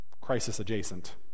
crisis-adjacent